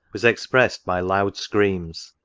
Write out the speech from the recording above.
was expressed by loud screams.